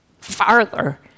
farther